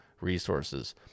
resources